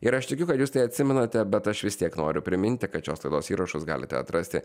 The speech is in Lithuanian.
ir aš tikiu kad jūs tai atsimenate bet aš vis tiek noriu priminti kad šios laidos įrašus galite atrasti